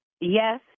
Yes